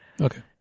Okay